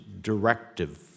directive